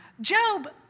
Job